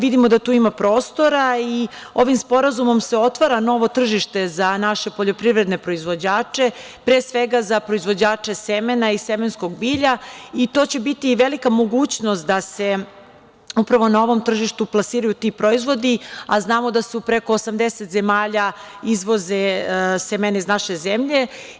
Vidimo da tu ima prostora i ovim sporazumom se otvara novo tržište za naše poljoprivredne proizvođače, pre svega za proizvođače semena i semenskog bilja i to će biti velika mogućnost da se upravo na ovom tržištu plasiraju ovi proizvodi, a znamo da se u preko 80 zemalja izvoze semena iz naše zemlje.